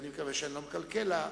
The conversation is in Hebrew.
אני מקווה שאני לא מקלקל לה,